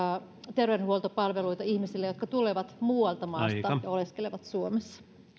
terveydenhuoltopalveluita myös ihmisille jotka tulevat muista maista ja oleskelevat suomessa